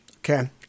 Okay